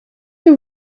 que